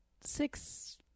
six